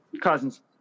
Cousins